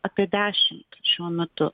apie dešimt šiuo metu